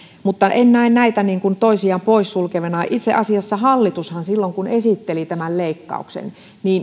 mutta en näe näitä toisiaan poissulkevina itse asiassa hallitushan silloin kun esitteli tämän leikkauksen